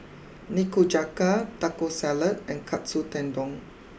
Nikujaga Taco Salad and Katsu Tendon